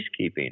peacekeeping